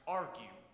argue